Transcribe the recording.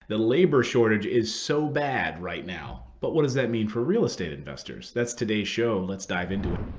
the labor shortage is so bad right now. but what does that mean for real estate investors? that's today's show. let's dive into it.